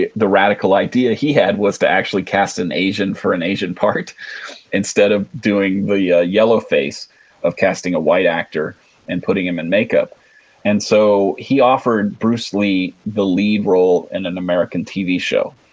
the the radical idea he had was to actually cast an asian for an asian part instead of doing the ah yellow face of casting a white actor and putting him in makeup and so he offered bruce lee the lead role in an american tv show,